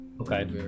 Okay